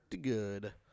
good